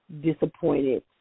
disappointed